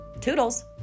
Toodles